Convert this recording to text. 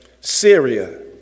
Syria